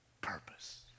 purpose